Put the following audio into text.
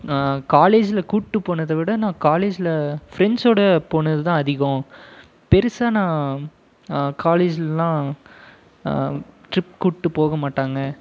நான் காலேஜில் கூட்டு போனத விட நான் காலேஜில் ப்ரெண்ட்ஸோட போனது தான் அதிகம் பெருசாக நான் காலேஜ்லலாம் ட்ரிப் கூபிட்டு போக மாட்டாங்க